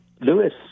Lewis